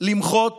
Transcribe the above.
למחות